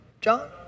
John